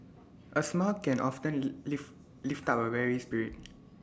A smile can often lift up A weary spirit